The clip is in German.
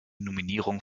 nominierung